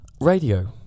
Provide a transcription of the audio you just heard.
radio